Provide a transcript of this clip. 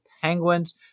Penguins